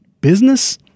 Business